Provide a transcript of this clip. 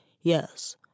yes